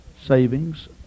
savings